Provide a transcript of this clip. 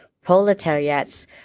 proletariats